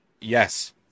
Yes